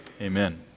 Amen